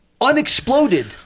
unexploded